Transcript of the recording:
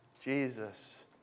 Jesus